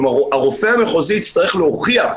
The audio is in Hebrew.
כלומר, הרופא המחוזי יצטרך להוכיח,